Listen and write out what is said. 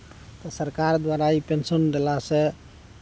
तऽ सरकार द्वारा ई पेंशन देलासे